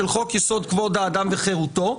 של חוק-יסוד: כבוד האדם וחירותו,